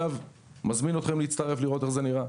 אני מזמין אתכם להצטרף ולראות איך זה נראה.